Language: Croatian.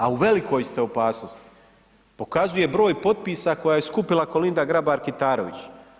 A u velikoj ste opasnosti, pokazuje broj potpisa koje je skupila K. Grabar Kitarović.